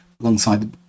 alongside